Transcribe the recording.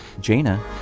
Jaina